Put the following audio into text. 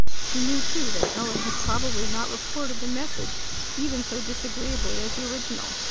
she knew, too, that ellen had probably not reported the message even so disagreeably as the original,